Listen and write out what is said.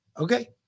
Okay